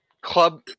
Club